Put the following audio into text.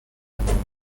کنایههای